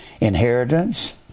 inheritance